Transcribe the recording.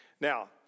Now